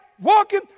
walking